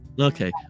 Okay